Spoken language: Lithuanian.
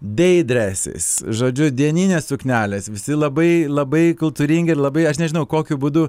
dei dresis žodžiu dieninės suknelės visi labai labai kultūringi ir labai aš nežinau kokiu būdu